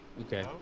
Okay